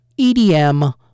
EDM